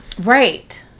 right